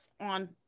on